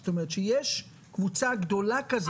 זאת אומרת שיש קבוצה גדולה כזאת.